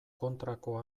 kontrako